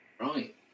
Right